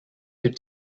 could